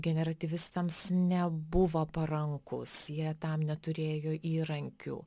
generatyvistams nebuvo parankūs jie tam neturėjo įrankių